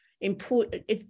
important